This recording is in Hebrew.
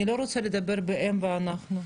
אני לא רוצה לדבר בהם ואנחנו.